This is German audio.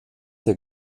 der